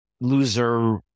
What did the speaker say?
loser